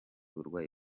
burwayi